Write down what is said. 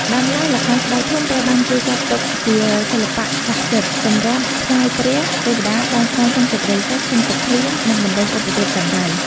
ដើមឡើយ ល្ខោនស្បែកធំត្រូវបានគេចាត់ទុកជាសិល្បៈស័ក្ដិសិទ្ធិ សម្រាប់ថ្វាយព្រះ ទេវតា បន់ស្រន់សុំសេចក្ដីសុខ សុំទឹកភ្លៀង និងបណ្ដេញឧបទ្រពចង្រៃ ។